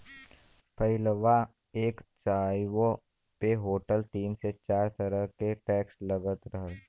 पहिलवा एक चाय्वो पे होटल तीन से चार तरह के टैक्स लगात रहल